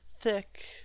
thick